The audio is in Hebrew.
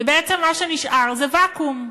ובעצם מה שנשאר זה ואקום.